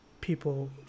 people